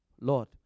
Lord